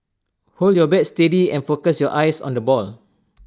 hold your bat steady and focus your eyes on the ball